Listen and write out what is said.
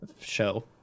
show